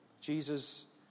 Jesus